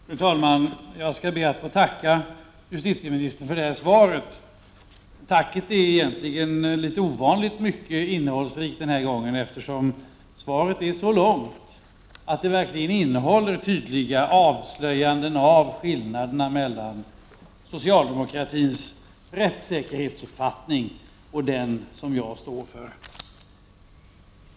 Fru talman! Jag ber att få tacka justitieministern för svaret. Mitt inlägg kommer att bli ovanligt fylligt, eftersom svaret var så långt att det verkligen innehöll tydliga avslöjanden av skillnaderna mellan socialdemokratins rättssäkerhetsuppfattning och den som jag står för.